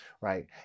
right